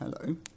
Hello